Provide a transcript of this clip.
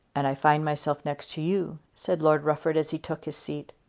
and i find myself next to you, said lord rufford as he took his seat.